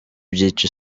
byica